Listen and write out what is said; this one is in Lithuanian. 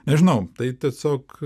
nežinau tai tiesiog